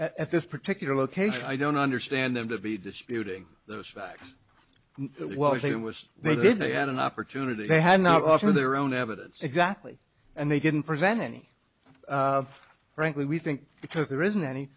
at this particular location i don't understand them to be disputing the fact that well actually it was they did they had an opportunity they had not part of their own evidence exactly and they didn't present any frankly we think because there isn't any